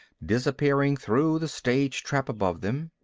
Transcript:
disappearing through the stage trap above them.